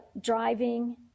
driving